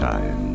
Time